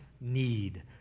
need